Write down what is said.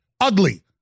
ugly